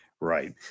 Right